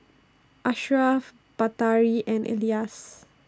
Ashraf Batari and Elyas